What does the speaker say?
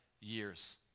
years